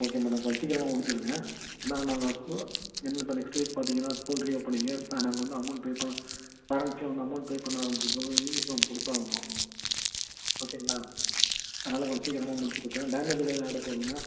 okay madam கொஞ்சம் சீக்கிரமாக முடிச்சுடுங்க ஏன்னால் நாங்கள் ஸ்கூ எங்களுக்கிப்போ நெக்ஸ்ட்டு வீக் பார்த்தீங்கனா ஸ்கூல் ரீயோப்பனிங்கு இப்போ நாங்கள் வந்து அமௌண்ட் பே பண்ண பேரன்ஸ்சு வந்து அமௌண்ட் பே பண்ண ஆரம்பித்ததும் அவர்களுக்கு யூனிஃபாம் கொடுத்தாகணும் ஓகேங்களா அதனால கொஞ்சம் சீக்கிரமாக முடித்து கொடுத்துருங்க டேமேஜெலாம் எதுவும் ஆகிட போகுதுங்க